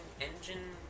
engine